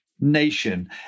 nation